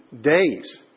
days